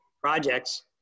projects